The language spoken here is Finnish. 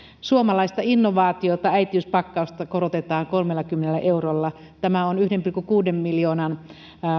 suomalaista innovaatiota äitiyspakkausta korotetaan kolmellakymmenellä eurolla tämä on yhden pilkku kuuden miljoonan